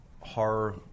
horror